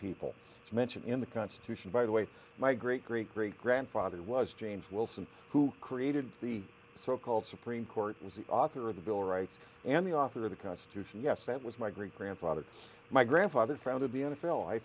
it's mentioned in the constitution by the way my great great great grandfather was james wilson who created the so called supreme court was the author of the bill of rights and the author of the constitution yes that was my great grandfather my grandfather founded